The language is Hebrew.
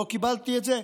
לא קיבלתי את זה,